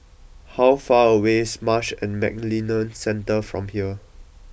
how far away is Marsh and McLennan Centre from here